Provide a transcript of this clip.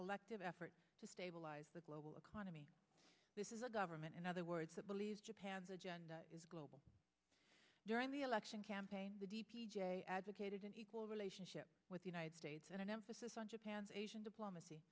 collective effort to stabilize the global economy this is a government in other words that believes japan's agenda is global during the election campaign advocated an equal relationship with united states and an emphasis on japan's asian diplomacy